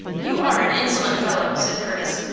you are an insolent fellow! said curtis,